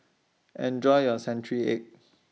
Enjoy your Century Egg